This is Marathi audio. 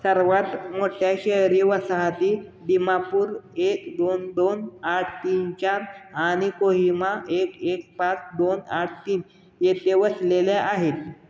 सर्वात मोठ्या शहरी वसाहती दिमापूर एक दोन दोन आठ तीन चार आणि कोहिमा एक एक पाच दोन आठ तीन येथे वसलेल्या आहेत